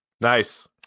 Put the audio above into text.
Nice